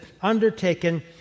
undertaken